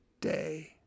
day